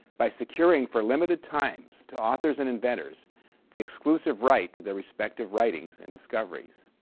by securing for limited times to authors and inventors the exclusive right to their respective writings and discoveries.